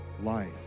life